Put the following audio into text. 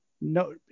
no